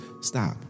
Stop